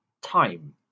time